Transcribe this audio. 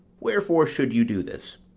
wherefore should you do this?